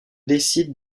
décide